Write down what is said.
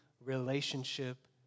relationship